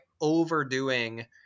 overdoing